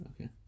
Okay